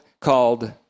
called